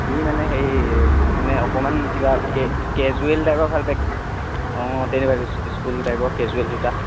সি মানে হেৰি মানে অকণমান কিবা কেজুৱেল টাইপৰ ভাল পায় অঁ তেনেকুৱা স্কুল টাইপৰ কেজুৱেল জোতা